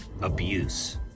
abuse